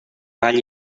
palla